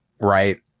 right